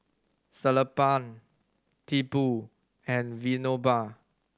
Sellapan Tipu and Vinoba